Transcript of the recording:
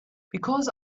because